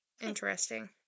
Interesting